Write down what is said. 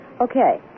Okay